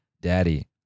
daddy